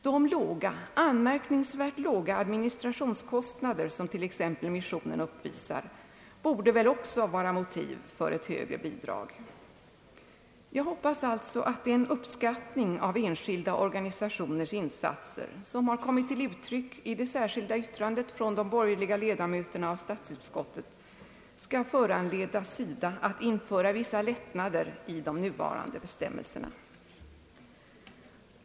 De låga, anmärkningsvärt låga administrationskostnader, som t.ex. missionen uppvisar, borde väl vara motiv för ett högre bidrag. Jag hoppas alltså, att den uppskattning av enskilda organisationers insatser som har kommit till uttryck i det särskilda yttrandet från de borgerliga ledamöterna i statsutskottet skall föranleda SIDA att införa vissa lättnader i de nya bestämmelserna.